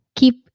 keep